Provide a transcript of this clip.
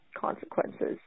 consequences